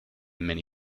many